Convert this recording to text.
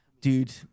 Dude